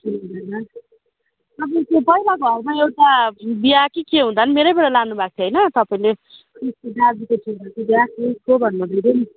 त्यही भएर तपाईँको पहिला घरमा एउटा बिहा कि के हुदाँ पनि मेरैबाट लानु भएको थियो होइन तपाईँले दाजुको छोराको बिहा कि के भन्नुहुँदै थियो नि